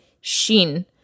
shin